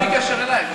בלי קשר אלי.